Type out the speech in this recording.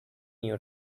your